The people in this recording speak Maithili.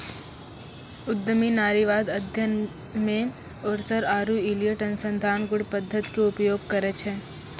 उद्यमी नारीवाद अध्ययन मे ओरसर आरु इलियट अनुसंधान गुण पद्धति के उपयोग करै छै